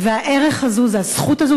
והערך הזה הוא הזכות הזו,